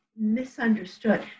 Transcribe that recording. misunderstood